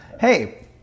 hey